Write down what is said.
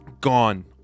Gone